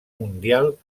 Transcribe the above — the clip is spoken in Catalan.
mundial